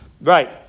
Right